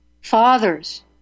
fathers